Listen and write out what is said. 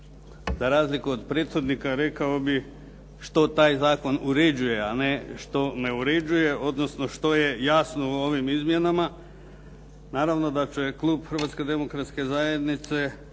za razliku od prethodnika rekao bih što taj zakon uređuje, a ne što ne uređuje odnosno što je jasno u ovim izmjenama. Naravno da će klub Hrvatske demokratske zajednice